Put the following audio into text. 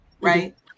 right